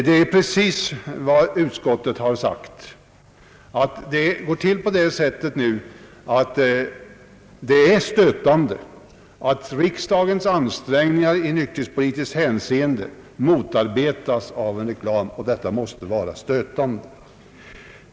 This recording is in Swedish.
Det är precis vad utskottet också har framhållit — det måste vara stötande, att riksdagens ansträngningar i nykterhetspolitiskt hänseende motarbetas av spritreklamen.